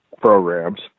programs